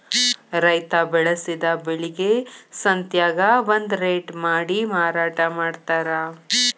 ರೈತಾ ಬೆಳಸಿದ ಬೆಳಿಗೆ ಸಂತ್ಯಾಗ ಒಂದ ರೇಟ ಮಾಡಿ ಮಾರಾಟಾ ಮಡ್ತಾರ